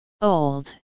Old